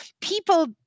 people